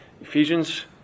Ephesians